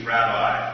Rabbi